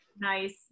nice